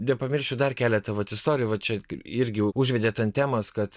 nepamirščiau dar keletą vat istorijų va čia irgi užvedėt ant temos kad